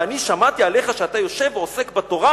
ואני שמעתי עליך שאתה יושב ועוסק בתורה